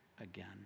again